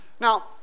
Now